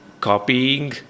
copying